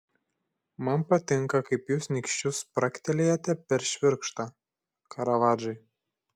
man patinka kaip jūs nykščiu spragtelėjate per švirkštą karavadžai